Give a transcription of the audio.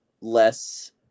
less